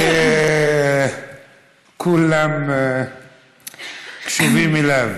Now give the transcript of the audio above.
שכולם קשובים אליו.